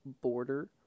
border